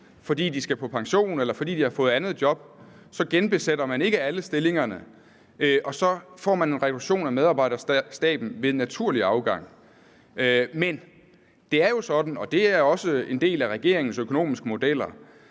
fordi de skal på pension, eller fordi de har fået andet job, så genbesætter man ikke alle stillingerne, og så får man en reduktion af medarbejderstaben ved naturlig afgang. Men det er jo sådan, og det er også en del af regeringens økonomiske modeller,